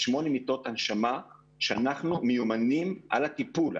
שמונה מיטות הנשמה שאנחנו מיומנים בטיפול בהן,